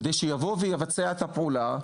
כדי שיבוא ויבצע את הפעולה,